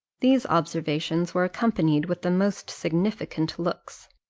these observations were accompanied with the most significant looks.